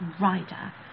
rider